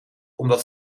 omdat